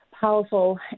powerful